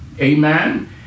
Amen